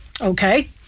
Okay